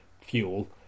fuel